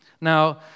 Now